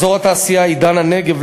אזור התעשייה עידן-הנגב,